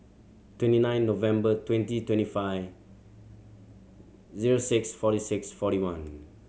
twenty nine November twenty twenty five zero six forty six forty one